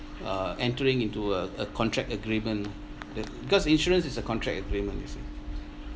uh entering into a a contract agreement ah the because insurance is a contract agreement you see